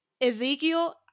Ezekiel